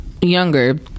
younger